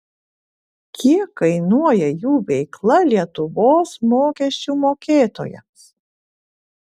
kiek kainuoja jų veikla lietuvos mokesčių mokėtojams